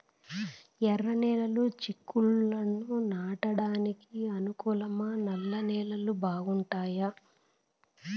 ఎర్రనేలలు చిక్కుళ్లు నాటడానికి అనుకూలమా నల్ల నేలలు బాగుంటాయా